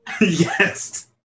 yes